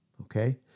Okay